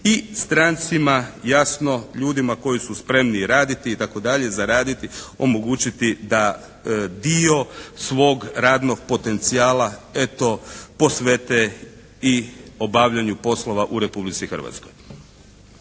i strancima, jasno, ljudima koji su spremni i raditi i tako dalje, zaraditi, omogućiti da dio svog radnog potencijala eto posvete i obavljanju poslova u Republici Hrvatskoj.